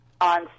on